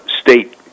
state